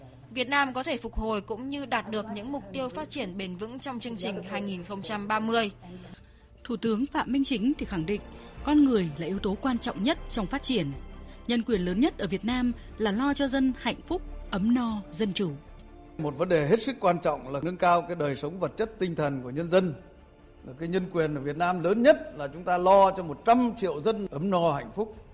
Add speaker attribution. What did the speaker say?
Speaker 1: Việt Nam có thể phục hồi cũng như đạt được những mục tiêu phát triển bền vững trong chương trình 2030.
Speaker 2: Thủ tướng Phạm Minh Chính thì khẳng định, con người là yếu tố quan trọng nhất trong phát triển. Nhân quyền lớn nhất ở Việt Nam là lo cho dân hạnh phúc, ấm no, dân chủ.
Speaker 3: Một vấn đề hết sức quan trọng là nâng cao cái đời sống vật chất tinh thần của nhân dân. Là cái nhân quyền ở Việt Nam lớn nhất là chúng ta lo cho 100 triệu dân ấm no, hạnh phúc.